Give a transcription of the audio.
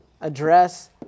address